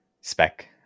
spec